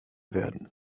werden